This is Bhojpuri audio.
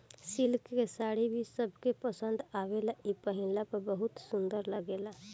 सिल्क के साड़ी भी सबके पसंद आवेला इ पहिनला पर बहुत सुंदर लागेला